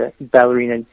ballerina